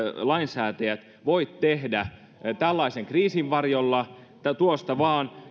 lainsäätäjät voi tehdä tällaisen kriisin varjolla tuosta vain